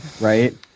right